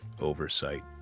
oversight